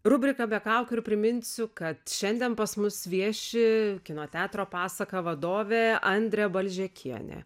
rubrika be kaukių ir priminsiu kad šiandien pas mus vieši kino teatro pasaka vadovė andrė balžekienė